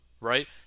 right